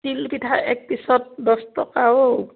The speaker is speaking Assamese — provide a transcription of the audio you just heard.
তিল পিঠা একপিছত দহ টকা অ'